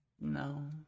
No